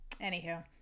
anywho